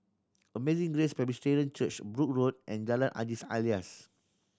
Amazing Grace Presbyterian Church Brooke Road and Jalan Haji Alias